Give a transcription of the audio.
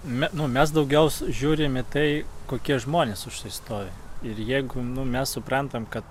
me nu mes daugiausiai žiūrim į tai kokie žmonės užsistovi ir jeigu nu mes suprantam kad